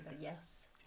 Yes